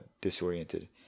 disoriented